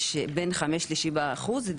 בין 5% ל-7%.